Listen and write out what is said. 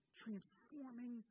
transforming